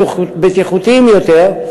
בטיחותיים יותר,